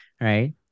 right